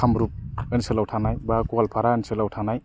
खामरुप ओनसोलाव थानाय बा गलफारा ओनसोलाव थानाय